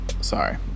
Sorry